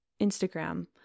Instagram